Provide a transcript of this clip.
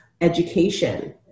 Education